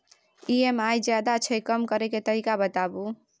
EMI ज्यादा छै कम करै के तरीका बताबू?